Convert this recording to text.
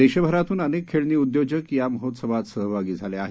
देशभरातून अनेक खेळणी उद्योजक या महोत्सवात सहभागी झाले आहेत